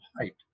height